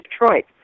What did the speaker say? detroit